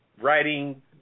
writing